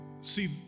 see